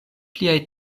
pliaj